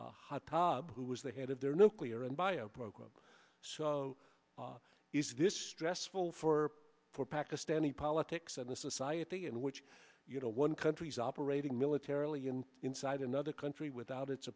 name hot tub who was the head of their nuclear and bio program so is this stressful for for pakistani politics and the society in which you know one countries operating militarily and inside another country without it